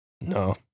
No